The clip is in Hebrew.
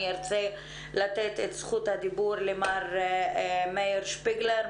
אני רוצה לתת את זכות הדיבור למר מאיר שפיגלר,